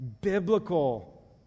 biblical